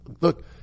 look